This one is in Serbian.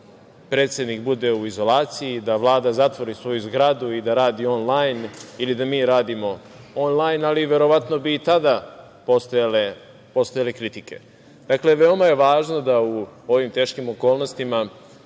predsednik bude u izolaciji, da Vlada zatvori svoju zgradu i da radi on-lajn ili da mi radimo on-lajn, ali verovatno bi i tada postojale kritike. Dakle, veoma je važno da u ovim teškim okolnostima